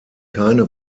keine